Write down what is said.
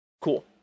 Cool